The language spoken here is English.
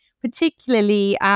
particularly